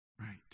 Right